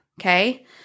Okay